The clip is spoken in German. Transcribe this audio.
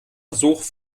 versuch